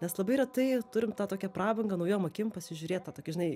nes labai retai turim tą tokią prabangą naujom akim pasižiūrėt tą tokį žinai